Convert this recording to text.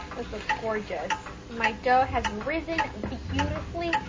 this looks gorgeous, my dough has risen beautifully,